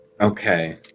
Okay